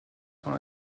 dans